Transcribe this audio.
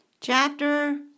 Chapter